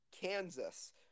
Kansas